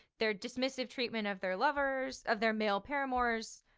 their dismissive treatment of their lovers, of their male paramours,